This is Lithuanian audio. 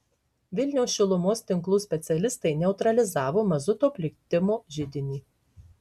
vilniaus šilumos tinklų specialistai neutralizavo mazuto plitimo židinį